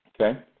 Okay